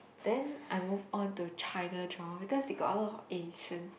then I move on to China drama because they got a lot of ancient